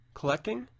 collecting